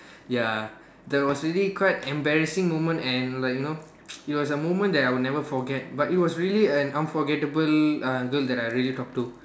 ya that was really quite embarrassing moment and like you know it was a moment that I will never forget but it was really an unforgettable uh girl that I really talk to